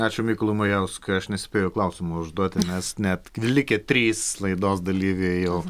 ačiū mykolui majauskui aš nespėju klausimų užduoti nes net kai likę trys laidos dalyviai jau